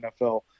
NFL